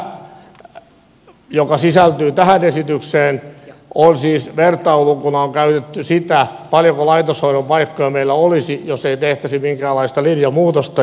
tässä joka sisältyy tähän esitykseen vertailulukuna on käytetty sitä paljonko laitoshoidon paikkoja olisi jos ei tehtäisi minkäänlaista linjamuutosta